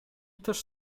też